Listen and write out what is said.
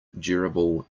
durable